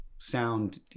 sound